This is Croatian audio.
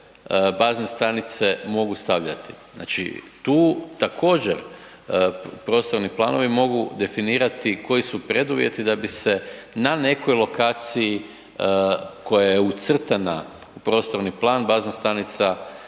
bazne stanice mogu stavljati. Znači tu također prostorni planovi mogu definirati koji su preduvjeti da bi se na nekoj lokaciji koja je ucrtana u prostorni plan bazna stanica